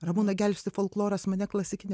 ramūną gelbsti folkloras mane klasikinė